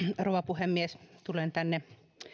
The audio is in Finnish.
rouva puhemies tulen tänne